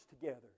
together